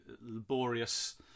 laborious